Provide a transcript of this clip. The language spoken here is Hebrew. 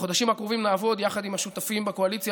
בחודשים הקרובים נעבוד יחד עם השותפים בקואליציה